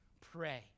pray